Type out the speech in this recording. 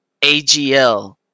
AGL